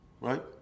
right